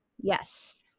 yes